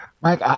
Mike